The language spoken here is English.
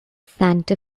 santa